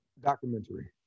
Documentary